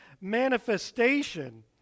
manifestation